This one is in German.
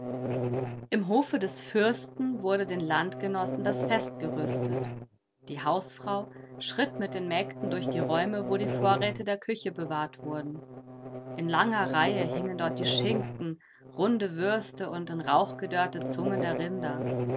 im hofe des fürsten wurde den landgenossen das fest gerüstet die hausfrau schritt mit den mägden durch die räume wo die vorräte der küche bewahrt wurden in langer reihe hingen dort die schinken runde würste und in rauch gedörrte zungen der rinder